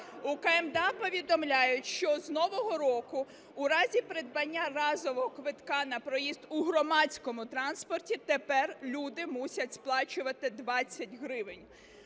У КМДА повідомляють, що з нового року у разі придбання разового квитка на проїзд у громадському транспорті тепер люди мусять сплачувати 20 гривень.